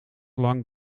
lang